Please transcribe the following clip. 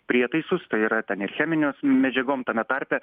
prietaisus tai yra ten ir cheminius medžiagom tame tarpe